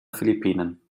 philippinen